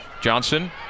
Johnson